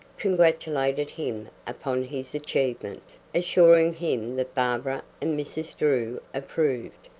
congratulated him upon his achievement, assuring him that barbara and mrs. drew approved,